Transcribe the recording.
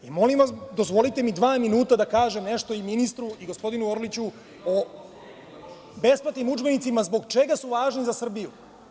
Molim vas dozvolite mi dva minuta da kažem nešto gospodinu ministru i gospodinu Orliću o besplatnim udžbenicima zbog čega su važni za Srbiju.